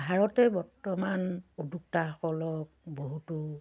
ভাৰতে বৰ্তমান উদ্য়োক্তাসকলক বহুতো